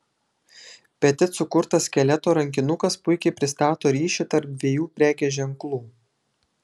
petit sukurtas skeleto rankinukas puikiai pristato ryšį tarp dviejų prekės ženklų